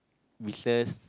business